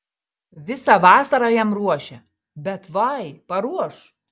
visą vasarą jam ruošia bet vai paruoš